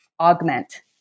augment